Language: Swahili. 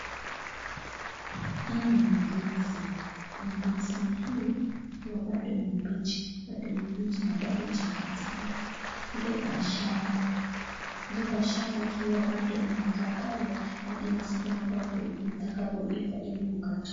Hii ni ndizi. Ndizi hii ikiwa bado ni mbichi. Bado ni mbichi na bado haijakatika. Iko kwa shamba, iko kwa shamba ikiwa bado inakaa pale hadi ile siku inakuwako itakapoiva ili kukatwa.